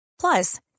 Plus